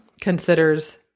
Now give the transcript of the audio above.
considers